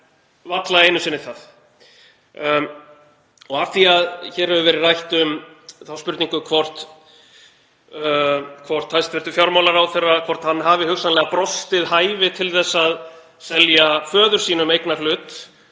varla einu sinni það. Af því að hér hefur verið rætt um þá spurningu hvort hæstv. fjármálaráðherra hafi hugsanlega brostið hæfi til að selja föður sínum eignarhlut,